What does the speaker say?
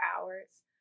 hours